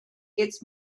its